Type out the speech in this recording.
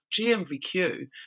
GMVQ